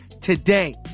today